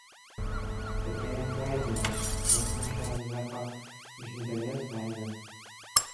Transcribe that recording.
bet jai atleidžiame nes mušė zefą iš didelės meilės